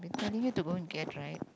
telling you to go and get right